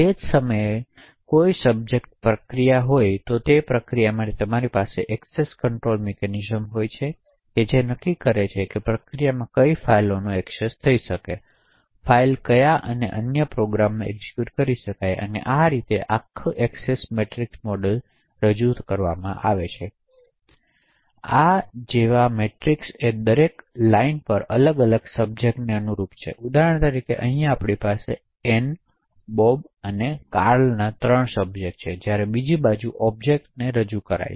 તે જ સમયે કોઈ સબજેક્ટ પ્રક્રિયા હોઈ શકે છે અને તે પ્રક્રિયા માટે તમારી પાસે એક્સેસ કંટ્રોલ મિકેનિઝમ્સ હોઈ શકે છે તે નક્કી કરવા માટે કે પ્રક્રિયામાં કઈ ફાઇલો એક્સેસ કરી શકે છે ફાઇલ કયા અન્ય પ્રોગ્રામ્સ એક્ઝિક્યુટ કરી શકે છે અને આ રીતે તેથી આખા એએક્સેસ મેટ્રિક્સ મોડેલ તરીકે રજૂ થાય છે આ જેવા મેટ્રિક્સ દરેક પંક્તિ પર અલગ અલગ સબજેક્ટને અનુરૂપ છે ઉદાહરણ તરીકે અહીં આપણી પાસે એન બોબ અને કાર્લના ત્રણ સબ્જેક્ટ છે જ્યારે બીજી બાજુ ઑબ્જેક્ટ્સને રજૂ કરે છે